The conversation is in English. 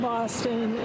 Boston